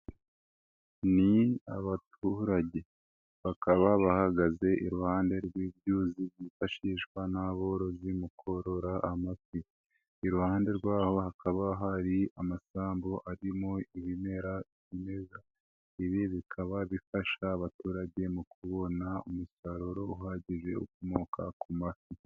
Ni abaturage, bakaba bahagaze iruhande rw'ibyuzi byifashishwa n'aborozi mukorora amafi. Iruhande rwabo hakaba hari amasambu arimo ibimera bimeze, ibi bikaba bifasha abaturage mu kubona umusaruro uhagije ukomoka ku mafi.